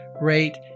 rate